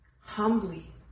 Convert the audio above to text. humbly